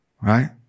right